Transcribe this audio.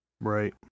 Right